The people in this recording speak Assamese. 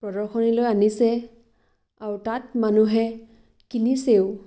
প্ৰদৰ্শনীলৈ আনিছে আৰু তাত মানুহে কিনিছেও